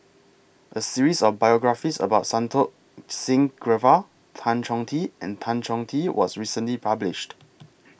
A series of biographies about Santokh Singh Grewal Tan Chong Tee and Tan Chong Tee was recently published